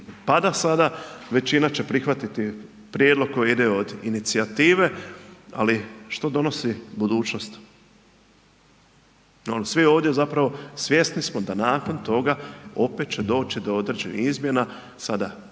pada sada, većina će prihvatiti prijedlog koji ide od inicijative, ali što donosi budućnost? Svi ovdje zapravo svjesni smo da nakon toga opet će doći do određenih izmjena, sada kolko